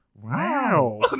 wow